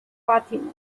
fatima